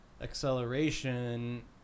acceleration